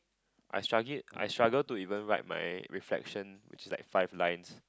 I struggl~ I struggle to even write my reflections which is like five lines